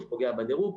פוגע בדירוג,